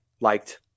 liked